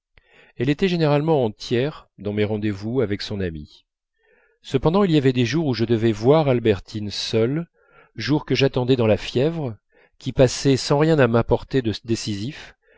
elle était généralement en tiers dans mes rendez-vous avec son amie cependant il y avait des jours où je devais voir albertine seule jours que j'attendais dans la fièvre qui passaient sans rien m'apporter de décisif